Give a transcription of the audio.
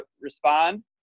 respond